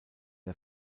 der